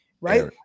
right